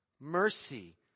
Mercy